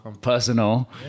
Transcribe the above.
personal